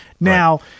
now